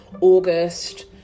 August